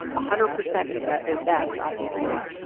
hundred percent is but is best obviously,